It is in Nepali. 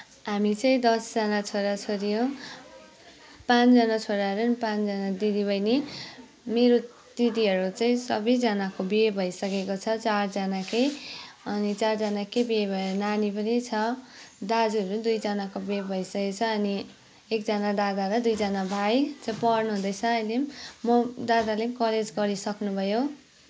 हामी चाहिँ दसजना छोराछोरी हो पाँचजना छोराहरू अनि पाँचजना दिदीबहिनी मेरो दिदीहरू चाहिँ सबैजनाको बिहे भैसकेको छ चारजनाकै अनि चारजनाकै बिहे भएर नानी पनि छ दाजुहरू पनि दुईजनाको बिहे भइसकेको छ अनि एकजना दादा र दुईजना भाइ चाहिँ पढ्नुहुँदैछ अहिले पनि म दादाले पनि कलेज गरी सक्नुभयो